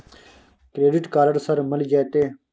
Credit card sir मिल जेतै?